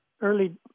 early